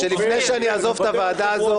אני אומר לכם שלפני שאני אעזוב את הוועדה הזו,